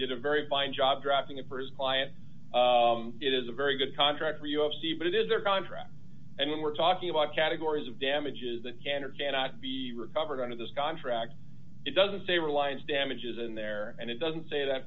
did a very fine job drafting it for his client it is a very good contract for u s c but it is their contract and when we're talking about categories of damages that can or cannot be recovered under this contract it doesn't say reliance damages in there and it doesn't say that